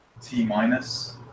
*T-minus*